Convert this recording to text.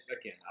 Again